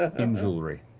ah um jewelry.